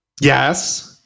Yes